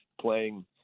playing